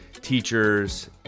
teachers